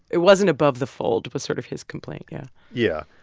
it wasn't above the fold was sort of his complaint, yeah yeah.